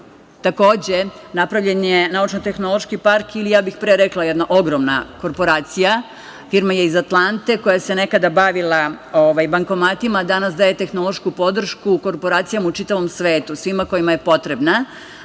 Takođe, napravljen je naučno-tehnološki park, ja bih pre rekla jedna ogromna korporacija. Firma je iz Atlante, koja se nekada bavila bankomatima, danas daje tehnološku podršku korporacijama u čitavom svetu, svim kojima je potrebna.